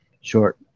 short